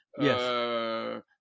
Yes